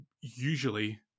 usually